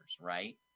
right